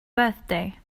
birthday